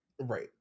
Right